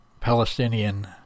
Palestinian